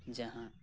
ᱡᱟᱦᱟᱸ